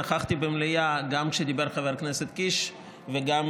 נכחתי במליאה גם כשדיבר חבר הכנסת קיש וגם